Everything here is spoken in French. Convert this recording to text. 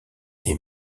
est